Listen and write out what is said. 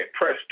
press